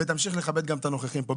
ותמשיך לכבד גם את הנוכחים פה.